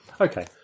Okay